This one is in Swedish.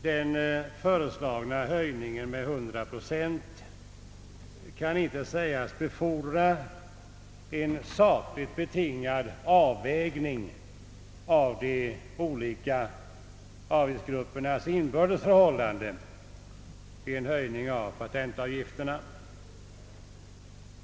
Den föreslägna höjningen med 100 procent kan inte sägas befordra en sakligt betingad avvägning av de olika avgiftsgruppernas inbördes förhållande vid:en höjning av patentavgifterna.